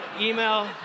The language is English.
email